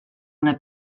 una